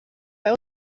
bei